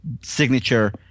signature